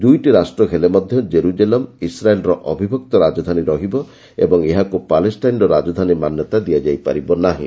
ଦୁଇଟି ରାଷ୍ଟ୍ର ହେଲେ ମଧ୍ୟ ଜେରୁଜେଲମ୍ ଇସ୍ରାଏଲ୍ର ଅବିଭକ୍ତ ରାଜଧାନୀ ରହିବ ଏବଂ ଏହାକୁ ପାଲେଷ୍ଟାଇନ୍ର ରାଜଧାନୀ ମାନ୍ୟତା ଦିଆଯାଇ ପାରିବ ନାହିଁ